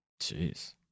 Jeez